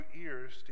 ears